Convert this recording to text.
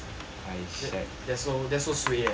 that's so that's so suay eh